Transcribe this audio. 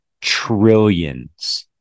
trillions